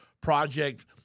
project